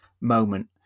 moment